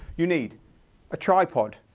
you need a tripod.